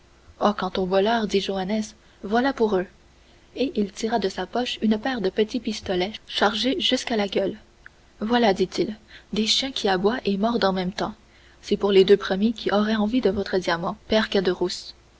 oh quant aux voleurs dit joannès voilà pour eux et il tira de sa poche une paire de petits pistolets chargés jusqu'à la gueule voilà dit-il des chiens qui aboient et mordent en même temps c'est pour les deux premiers qui auraient envie de votre diamant père